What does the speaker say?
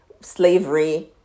slavery